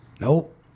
Nope